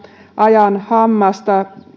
ajan hammasta